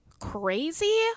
crazy